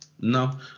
No